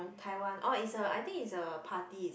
Taiwan oh is a I think is a party is it